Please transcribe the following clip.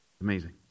amazing